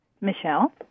Michelle